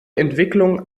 entwicklung